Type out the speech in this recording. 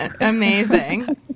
Amazing